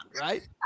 right